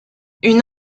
une